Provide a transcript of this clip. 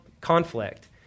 conflict